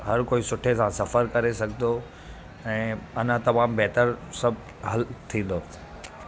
हर कोई सुठे सां सफ़रु करे सघंदो ऐं अञा तमामु बहितरु सभु हल थींदो